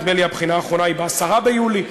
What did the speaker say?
נדמה לי שהבחינה האחרונה היא ב-10 ביולי,